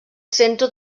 centre